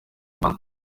rwanda